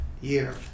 year